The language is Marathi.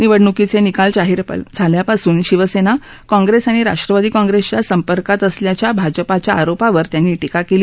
निवडणुकीचे निकाल जाहीर झाल्यापासून शिवसेना काँप्रेस आणि राष्ट्रवादी काँप्रेसच्या संपर्कात असल्याच्या भाजपाच्या आरोपावर त्यांनी टीका केली